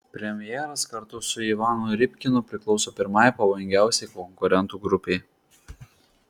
premjeras kartu su ivanu rybkinu priklauso pirmai pavojingiausiai konkurentų grupei